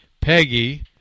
Peggy